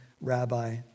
rabbi